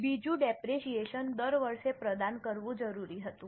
બીજું ડેપરેશીયેશન દર વર્ષે પ્રદાન કરવું જરૂરી હતું